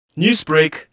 Newsbreak